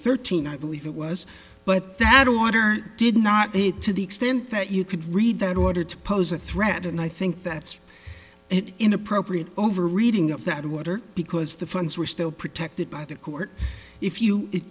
thirteen i believe it was but that order did not date to the extent that you could read that order to pose a threat and i think that's an inappropriate over reading of that water because the funds were still protected by the court if you